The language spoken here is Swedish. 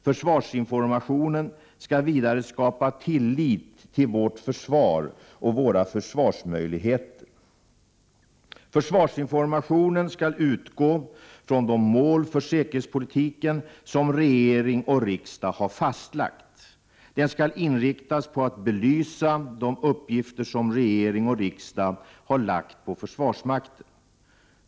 Försvarsinformationen skall vidare skapa tillit till vårt försvar och våra försvarsmöjligheter. Försvarsinformationen skall utgå från de mål för säkerhetspolitiken som regering och riksdag har fastställt. Den skall inriktas på att belysa de uppgifter som regering och riksdag har lagt på försvarsmakten.